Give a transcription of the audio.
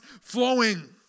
flowing